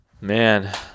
man